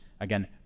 again